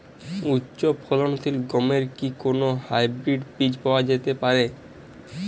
উচ্চ ফলনশীল গমের কি কোন হাইব্রীড বীজ পাওয়া যেতে পারে?